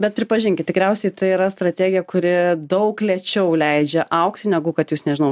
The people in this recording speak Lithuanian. bet pripažinkit tikriausiai tai yra strategija kuri daug lėčiau leidžia augti negu kad jūs nežinau